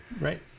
Right